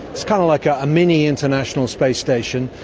it's kind of like a mini international space station.